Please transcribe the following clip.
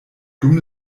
dum